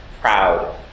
proud